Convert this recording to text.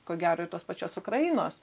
ko gero ir tos pačios ukrainos